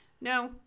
No